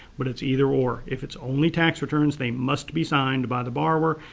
but it's either or. if it's only tax returns they must be signed by the borrower.